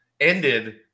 ended –